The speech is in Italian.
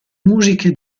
musiche